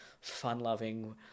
fun-loving